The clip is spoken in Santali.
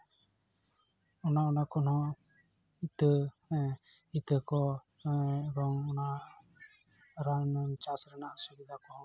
ᱚᱱᱟ ᱚᱱᱟ ᱠᱷᱚᱱ ᱦᱚᱸ ᱤᱛᱟᱹ ᱦᱮᱸ ᱤᱛᱟᱹ ᱠᱚ ᱮᱵᱚᱝ ᱚᱱᱟ ᱨᱟᱱ ᱪᱟᱥ ᱨᱮᱱᱟᱜ ᱥᱩᱵᱤᱫᱟ ᱠᱚᱦᱚᱸ ᱧᱟᱢᱟ